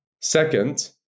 Second